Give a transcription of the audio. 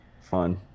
Fun